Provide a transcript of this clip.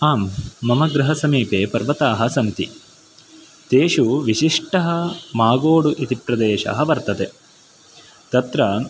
आम् मम गृहसमीपे पर्वताः सन्ति तेषु विशिष्टः मागोडु इति प्रदेशः वर्तते तत्र